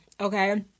okay